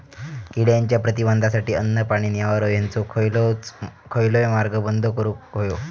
किड्यांच्या प्रतिबंधासाठी अन्न, पाणी, निवारो हेंचो खयलोय मार्ग बंद करुक होयो